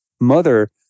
Mother